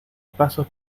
pasos